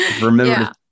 Remember